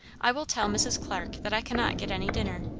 i will tell mrs. clarke that i cannot get any dinner.